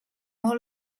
all